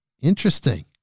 Interesting